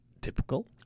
typical